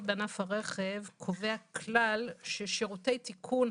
בענף הרכב קובע כלל ששירותי תיקון,